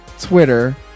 Twitter